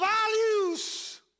values